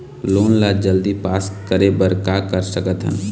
Loan ला जल्दी पास करे बर का कर सकथन?